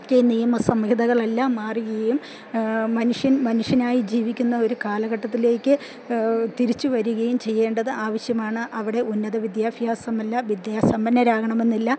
ഒക്കെ നിയമ സംഹിതകളെല്ലാം മാറുകയും മനുഷ്യൻ മനുഷ്യനായി ജീവിക്കുന്ന ഒരു കാലഘട്ടത്തിലേക്ക് തിരിച്ചു വരികയും ചെയ്യേണ്ടത് ആവശ്യമാണ് അവിടെ ഉന്നത വിദ്യാഭ്യാസമല്ല വിദ്യാ സമ്പന്നരാകണമെന്നില്ല